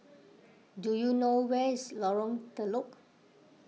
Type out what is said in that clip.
do you know where is Lorong Telok